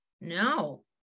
No